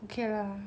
okay lah